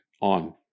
on